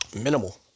Minimal